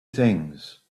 things